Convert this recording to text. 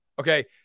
Okay